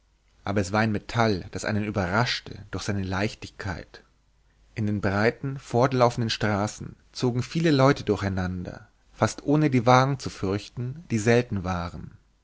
aber es war ein metall das einen überraschte durch seine leichtigkeit in den breiten fortlaufenden straßen zogen viele leute durcheinander fast ohne die wagen zu fürchten die selten waren